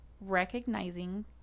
recognizing